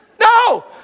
No